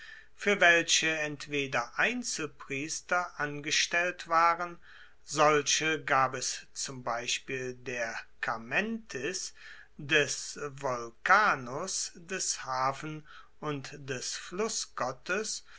fuer welche entweder einzelpriester angestellt waren solche gab es zum beispiel der carmentis des volcanus des hafen und des